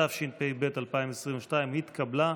התשפ"ב 2022, נתקבלה.